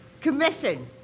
Commission